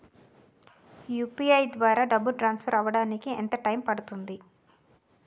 UPI ద్వారా డబ్బు transfer అవ్వడానికి ఎంత టైం పడుతుంది?